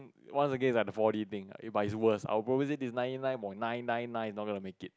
once again is four-D thing it by worst I will probably nine nine point nine nine nine don't want to make it